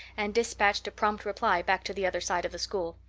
and dispatched a prompt reply back to the other side of the school.